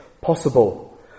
possible